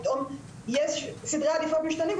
פתאום סדרי עדיפויות משתנים,